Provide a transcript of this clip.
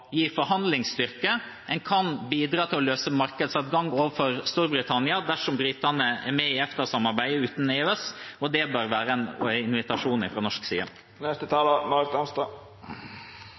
gi forhandlingsstyrke. En kan bidra til å løse markedsadgang overfor Storbritannia dersom britene er med i EFTA-samarbeidet uten EØS. Det bør være en invitasjon fra norsk side.